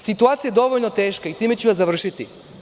Situacija je dovoljno teška, time ću završiti.